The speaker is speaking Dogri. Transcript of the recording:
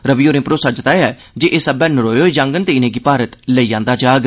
रवि होरें भरोसा जताया ऐ जे एह् सब्बै नरोए होई जाङन ते इनें 'गी भारत लेई आंदा जाग